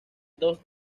dos